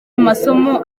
amasomo